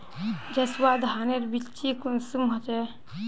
जसवा धानेर बिच्ची कुंसम होचए?